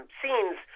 scenes